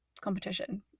competition